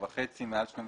12.5400,000 שקלים חדשים.